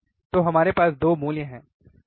तो हमारे पास 2 मूल्य हैं सही